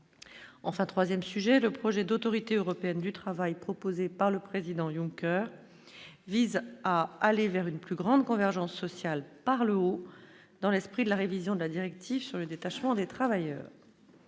enfin 3ème. Sujet : le projet d'autorité européenne du travail proposée par le président Ion coeur vise à aller vers une plus grande convergence sociale par le haut dans l'esprit de la révision de la directive sur le détachement des travailleurs.